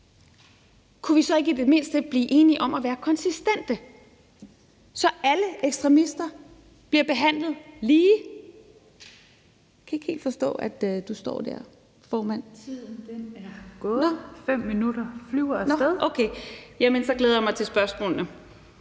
kunne vi så ikke i det mindste blive enige om at være konsistente, så alle ekstremister bliver behandlet lige?